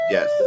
Yes